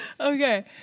Okay